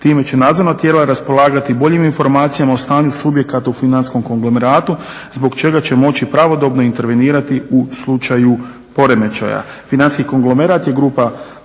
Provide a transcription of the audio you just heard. Time će nadzorna tijela raspolagati boljim informacijama o stanju subjekata u financijskom konglomeratu zbog čega će moći pravodobno intervenirati u slučaju poremećaja. Financijski konglomerat je grupa